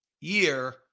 year